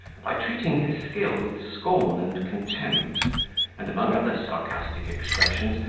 by treating his skill with scorn and contempt and, among other sarcastic expressions,